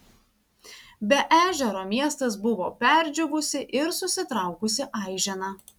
be ežero miestas buvo perdžiūvusi ir susitraukusi aižena